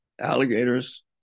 alligators